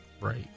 right